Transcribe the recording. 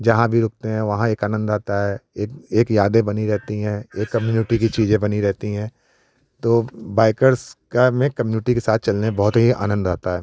जहाँ भी रुकते हैं वहाँ एक अनंद आता है एक एक यादें बनी रहती हैं एक कम्यूनिटी की चीज़ें बनी रहती हैं तो बाइकर्स का में कम्यूनिटी के साथ चलने में बहुत ही आनंद आता है